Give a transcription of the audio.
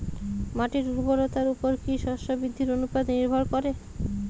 মাটির উর্বরতার উপর কী শস্য বৃদ্ধির অনুপাত নির্ভর করে?